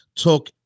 took